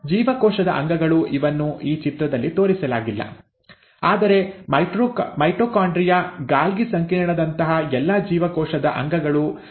ಜೀವಕೋಶದ ಅಂಗಗಳು ಇವನ್ನು ಈ ಚಿತ್ರದಲ್ಲಿ ತೋರಿಸಲಾಗಿಲ್ಲ ಆದರೆ ಮೈಟೊಕಾಂಡ್ರಿಯ ಗಾಲ್ಗಿ ಸಂಕೀರ್ಣದಂತಹ ಎಲ್ಲಾ ಜೀವಕೋಶದ ಅಂಗಗಳು ಸಹ ಸಮಾನವಾಗಿ ವಿತರಿಸಲ್ಪಡುತ್ತವೆ